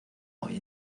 hoy